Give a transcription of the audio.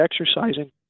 exercising